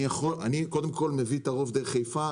אני מביא את הרוב דרך חיפה.